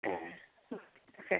ए दे